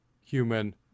human